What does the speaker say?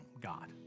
God